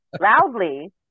loudly